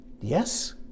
Yes